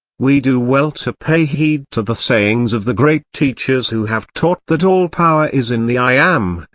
we do well to pay heed to the sayings of the great teachers who have taught that all power is in the i am,